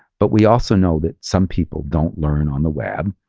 but we also know that some people don't learn on the web.